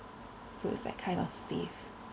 so it's like kind of safe